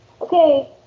okay